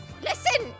Listen